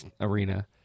arena